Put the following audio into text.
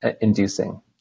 inducing